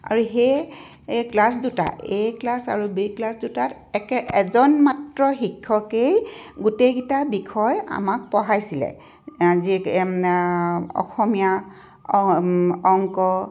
আৰু সেই ক্লাছ দুটা এ ক্লাছ আৰু বি ক্লাছ দুটাত একে এজন মাত্ৰ শিক্ষকেই গোটেইকেইটা বিষয় আমাক পঢ়াইছিলে আজি অসমীয়া অংক